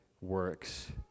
works